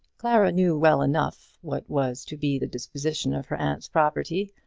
clara knew well enough what was to be the disposition of her aunt's property,